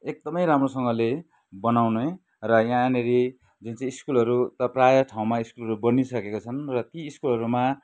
एकदमै राम्रोसँगले बनाउने र यहाँनिर जुन चाहिँ स्कुलहरू त प्रायः ठाउँमा स्कुलहरू बनिसकेका छन् र ती स्कुलहरूमा